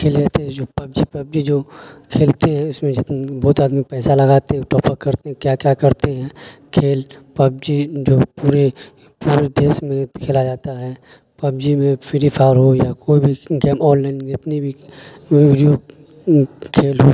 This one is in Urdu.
کھیلے جاتے ہیں جو پبجی پبجی جو کھیلتے ہیں اس میں بہت آدمی پیسہ لگاتے ٹوپپ کرتے کیا کیا کرتے ہیں کھیل پبجی جو پورے پورے دیش میں کھیلا جاتا ہے پبجی میں فری فائر ہو یا کوئی بھی گیم آنلائن جتنی بھی کھیل ہو